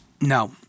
No